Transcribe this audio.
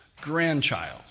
grandchild